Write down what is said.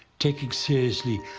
taking seriously,